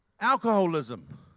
alcoholism